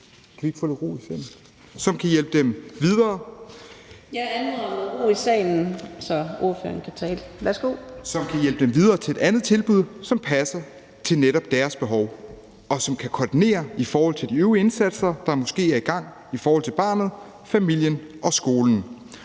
som kan hjælpe dem videre til et andet tilbud, som passer til netop deres behov, og som kan koordinere i forhold til de øvrige indsatser, der måske er i gang i forhold til barnet, familien og skolen.